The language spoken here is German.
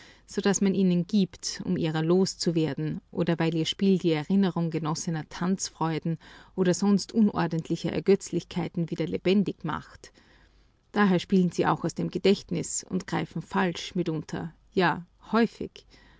so daß man ihnen gibt um ihrer loszuwerden oder weil ihr spiel die erinnerung genossener tanzfreuden oder sonst unordentlicher ergötzlichkeiten wieder lebendig macht daher spielen sie auch aus dem gedächtnis und greifen falsch mitunter ja häufig